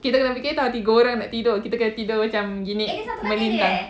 kita kena fikir [tau] tiga orang nak tidur kita kena tidur macam gini melintang